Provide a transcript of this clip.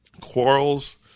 quarrels